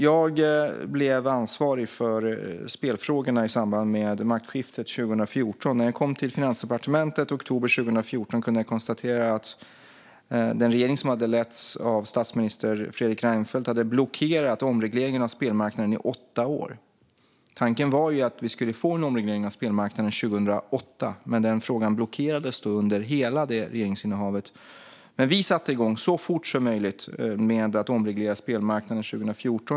Jag blev ansvarig för spelfrågorna i samband med maktskiftet 2014. När jag kom till Finansdepartementet i oktober 2014 kunde jag konstatera att den regering som letts av statsminister Fredrik Reinfeldt hade blockerat omregleringen av spelmarknaden i åtta år. Tanken var att vi skulle få en omreglering av spelmarknaden 2008, men den frågan blockerades under hela det regeringsinnehavet. Vi satte igång så fort som möjligt med att omreglera spelmarknaden 2014.